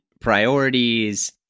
priorities